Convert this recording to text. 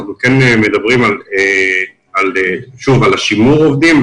אנחנו כן מדברים על שימור עובדים,